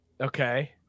Okay